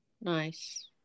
Nice